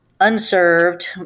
unserved